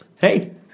Hey